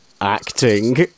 acting